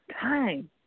time